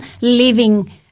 living